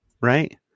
right